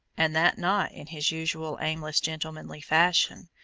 and that not in his usual aimless gentlemanly fashion,